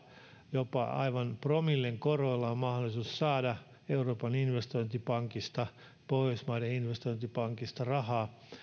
jopa aivan promillen korolla on mahdollisuus saada euroopan investointipankista tai pohjoismaiden investointipankista rahaa